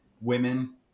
women